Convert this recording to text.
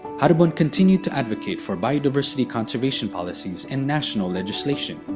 haribon continued to advocate for biodiversity conservation policies in national legislation.